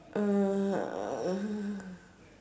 uh